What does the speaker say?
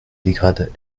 dégrade